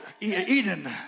Eden